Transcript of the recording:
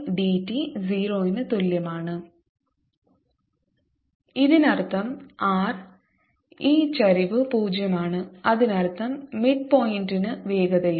Since yIyT yI∂tyT∂t 1v21v1yI∂t0 ഇതിനർത്ഥം r ഈ ചരിവ് പൂജ്യമാണ് അതിനർത്ഥം മിഡ്പോയിന്റിന് വേഗതയില്ല